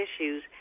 issues